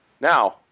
now